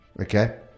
Okay